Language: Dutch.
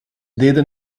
deden